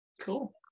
Cool